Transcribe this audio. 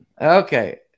okay